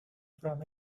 from